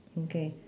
okay